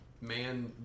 man